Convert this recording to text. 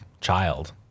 child